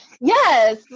yes